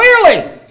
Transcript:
clearly